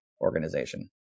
organization